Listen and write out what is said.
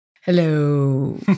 hello